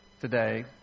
today